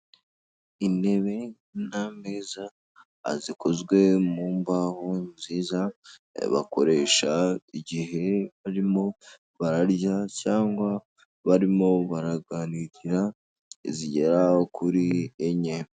Intebe n'ameza zikozwe mu mbaho nziza, bakoresha igihe barimo bararya cyangwa barimo baraganira, zigera kuri enye.